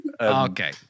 okay